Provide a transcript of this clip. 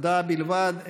הודעה בלבד,